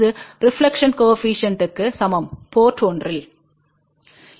இது ரெப்லக்க்ஷன் கோஏபிசிஎன்ட்க்கு சமம் போர்ட் 1 இல்